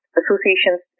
associations